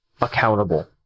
accountable